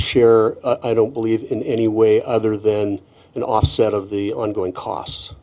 share i don't believe in any way other than an offset of the ongoing cos